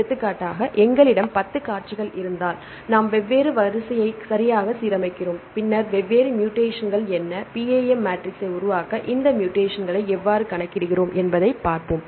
எடுத்துக்காட்டாக எங்களிடம் 10 காட்சிகள் இருந்தால் நாம் வெவ்வேறு வரிசையை சரியாக சீரமைக்கிறோம் பின்னர் வெவ்வேறு மூடேசன்கள் என்ன PAM மேட்ரிக்ஸை உருவாக்க இந்த மூடேசன்களை எவ்வாறு கணக்கிடுகிறோம் என்பதைப் பார்ப்போம்